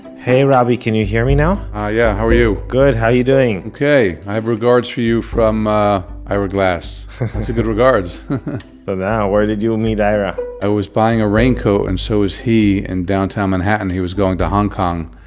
hey robby, can you hear me now? ah, yeah. how are you? good, how you doing? ok. i have regards for you from ira glass. that's a good regards ah toda. where did you meet ira? i was buying a raincoat and so was he, in downtown manhattan. he was going to hong kong,